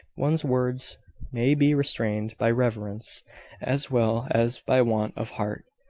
one's words may be restrained by reverence as well as by want of heart.